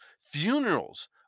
Funerals